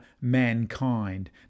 mankind